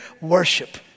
worship